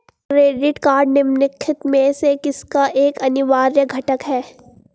Credit card निम्नलिखित में से किसका एक अनिवार्य घटक है?